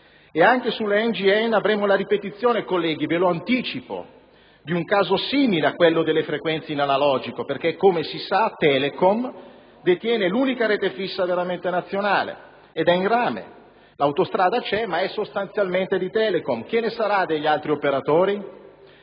Anche sulle NGN avremo la ripetizione - colleghi, ve lo anticipo - di un caso simile a quello delle frequenze in analogico perché, come si sa, Telecom detiene l'unica rete fissa veramente nazionale, che è in rame. L'autostrada c'è, ma è sostanzialmente di Telecom. Che ne sarà degli altri operatori?